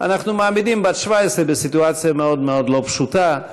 אנחנו מעמידים בת 17 בסיטואציה מאוד מאוד לא פשוטה,